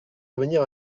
parvenir